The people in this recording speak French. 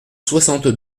soixante